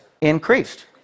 increased